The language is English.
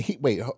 Wait